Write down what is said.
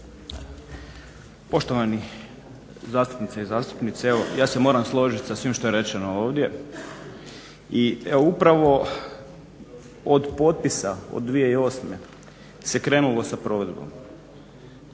Poštovani zastupnici i zastupnice. Evo, ja se moram složit sa svim što je rečeno ovdje. I evo upravo od potpisa, od 2008. se krenulo sa provedbom.